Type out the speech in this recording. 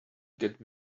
get